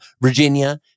Virginia